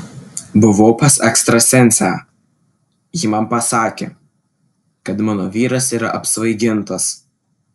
buvau pas ekstrasensę ji man pasakė kad mano vyras yra apsvaigintas